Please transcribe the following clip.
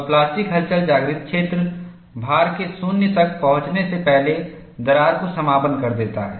और प्लास्टिक हलचल जागृत क्षेत्र भार के 0 तक पहुंचने से पहले दरार को समापन कर देता है